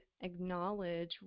acknowledge